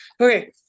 Okay